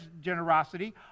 generosity